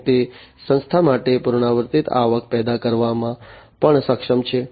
અને તે સંસ્થા માટે પુનરાવર્તિત આવક પેદા કરવામાં પણ સક્ષમ છે